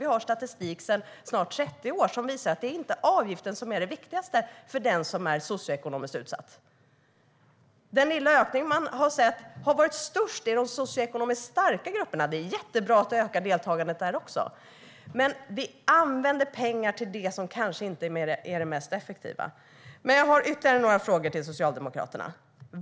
Vi har statistik sedan snart 30 år som visar att det inte är avgiften som är det viktigaste för den som är socioekonomiskt utsatt. Den lilla ökning man har sett har varit störst i de socioekonomiskt starka grupperna. Det är jättebra att deltagandet ökar där, men vi använder alltså pengar till det som kanske inte är det mest effektiva. Jag har ytterligare några frågor till Socialdemokraterna.